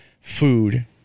food